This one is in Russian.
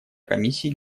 комиссии